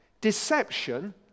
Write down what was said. Deception